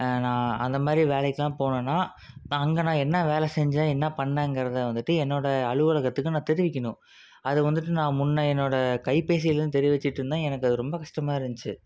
நான் அந்தமாதிரி வேலைக்கெல்லாம் போனன்னா நான் அங்கே நான் என்ன வேலை செஞ்சேன் என்ன பண்ணங்கிறத வந்துட்டு என்னோடய அலுவலகத்துக்கு நான் தெரிவிக்கணும் அது வந்துட்டு நான் முன்ன என்னோடய கைபேசிலேருந்து தெரிவிச்சிட்டுருந்தேன் எனக்கு அது ரொம்ப கஷ்டமாக இருந்துச்சு